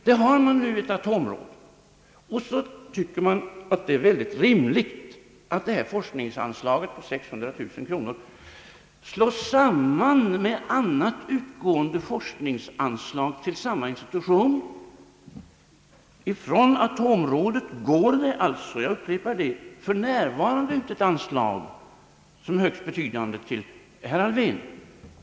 Där har man ett atomforskningsråd, och så tycker man att det är rimligt att detta forskningsanslag på 600 000 kronor slås samman med annat utgående forskningsanslag till samma institution. Jag upprepar att atomforskningsrådet för närvarande lämnar ett högst betydande anslag till herr Alfvén.